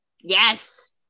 Yes